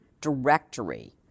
directory